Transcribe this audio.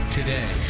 Today